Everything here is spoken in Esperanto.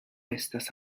estas